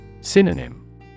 Synonym